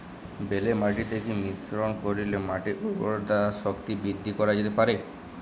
বেলে মাটিতে কি মিশ্রণ করিলে মাটির উর্বরতা শক্তি বৃদ্ধি করা যেতে পারে?